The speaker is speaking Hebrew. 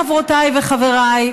חברותיי וחבריי,